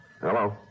Hello